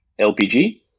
LPG